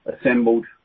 assembled